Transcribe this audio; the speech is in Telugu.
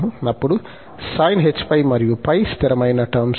అప్పుడు sinh π మరియు π స్థిరమైన టర్మ్స్ లు